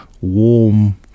warm